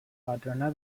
patrona